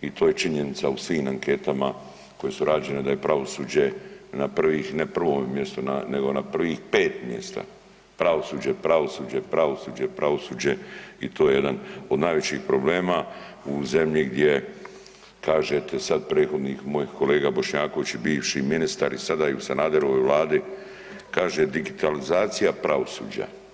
i to je činjenica u svim anketama koje su rađene da je pravosuđe na privih, ne prvome mjestu nego na prvih 5 mjesta, pravosuđe, pravosuđe, pravosuđe, pravosuđe i to je jedan od najvećih problema u zemlji gdje kažete sad prethodni moj kolega Bošnjaković i bivši ministar i sada je u Sanaderovoj vladi, kaže digitalizacija pravosuđa.